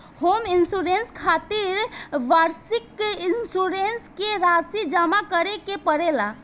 home insurance खातिर वार्षिक insurance के राशि जामा करे के पड़ेला